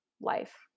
life